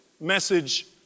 message